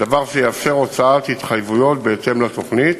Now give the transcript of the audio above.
דבר שיאפשר הוצאת התחייבויות בהתאם לתוכנית.